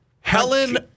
Helen